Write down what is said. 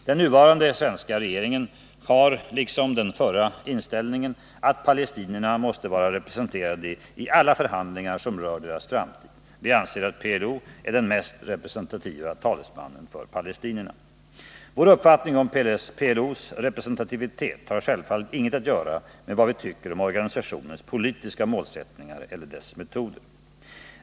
Den nuvarande svenska regeringen har, liksom den förra, inställningen att palestinierna måste vara representerade i alla förhandlingar som rör deras framtid. Vi anser att PLO är den mest representativa talesmannen för palestinierna. Vår uppfattning om PLO:s representativitet har självfallet inget att göra med vad vi tycker om organisationens politiska målsättningar eller dess metoder.